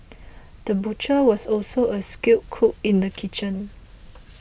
the butcher was also a skilled cook in the kitchen